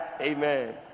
Amen